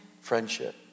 friendship